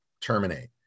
terminate